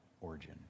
origin